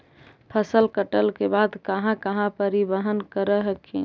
फसल कटल के बाद कहा कहा परिबहन कर हखिन?